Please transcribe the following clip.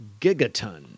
Gigaton